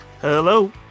Hello